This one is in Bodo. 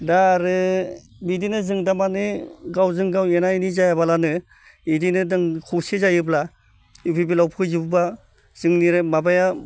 दा आरो बिदिनो जों तारमाने गावजों गाव एना एनि जायाबालानो बिदिनो दं खौसे जायोब्ला इउ पि पि एल आव फैजोबोब्ला जोंनि माबाया